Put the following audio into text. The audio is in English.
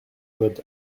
good